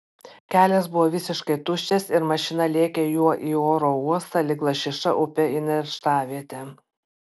kelias buvo visiškai tuščias ir mašina lėkė juo į oro uostą lyg lašiša upe į nerštavietę